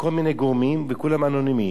מכל מיני גורמים, וכולם אנונימיים.